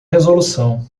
resolução